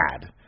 bad